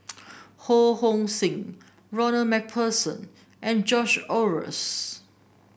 Ho Hong Sing Ronald MacPherson and George Oehlers